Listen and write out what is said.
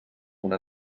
una